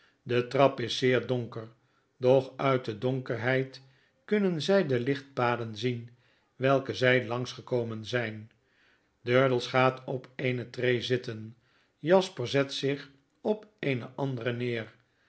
de trap is zeer donker doch uit de donkerheid kunnen zy de lichtpaden zien welke zij langs gekomen zijn durdels gaat op eene tree zitten jasper zet zich op eeneandereneer uit den